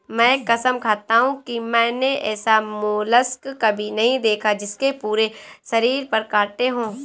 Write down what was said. मैं कसम खाता हूँ कि मैंने ऐसा मोलस्क कभी नहीं देखा जिसके पूरे शरीर पर काँटे हों